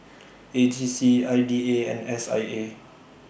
A G C I D A and S I A